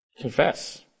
Confess